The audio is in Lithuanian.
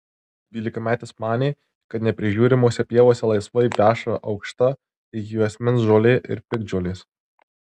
dvylikametis manė kad neprižiūrimose pievose laisvai veša aukšta iki juosmens žolė ir piktžolės